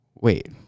wait